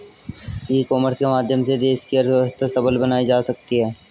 ई commerce के माध्यम से देश की अर्थव्यवस्था सबल बनाई जा सकती है